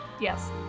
Yes